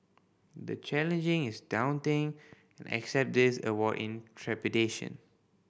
the challenging is daunting and accept this award in trepidation